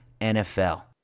NFL